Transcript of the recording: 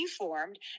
reformed